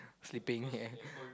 sleeping here